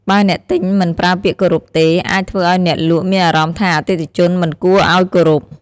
បើអ្នកទិញមិនប្រើពាក្យគោរពទេ អាចធ្វើឲ្យអ្នកលក់មានអារម្មណ៍ថាអតិថិជនមិនគួរឲ្យគោរព។